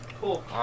Cool